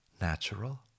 natural